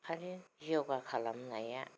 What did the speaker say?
खारन योगा खालामनाया